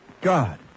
God